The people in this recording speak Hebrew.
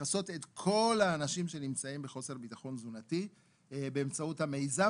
לכסות את כל האנשים שנמצאים בחוסר ביטחון תזונתי באמצעות המיזם,